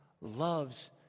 loves